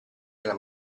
nella